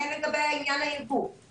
הן לגבי עניין הייבוא,